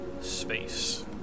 space